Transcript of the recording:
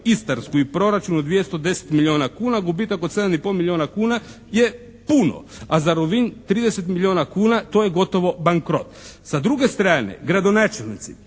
istarsku i proračun od 210 milijuna kuna gubitak od 7 i pol milijuna kuna je puno. A za Rovinj 30 milijuna kuna to je gotovo bankrot. Sa druge strane gradonačelnici